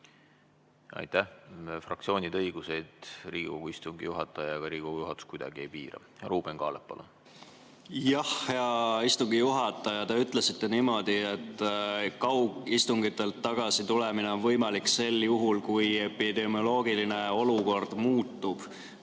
Aitäh! Fraktsioonide õigusi Riigikogu istungi juhataja ja Riigikogu juhatus kuidagi ei piira. Ruuben Kaalep, palun! Hea istungi juhataja, te ütlesite niimoodi, et kaugistungitelt tagasi tulemine on võimalik sel juhul, kui epidemioloogiline olukord muutub.